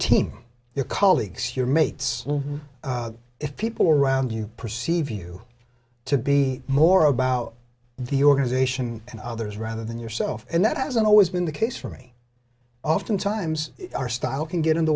team your colleagues your mates if people around you perceive you to be more about the organization and others rather than yourself and that hasn't always been the case for me often times our style can get in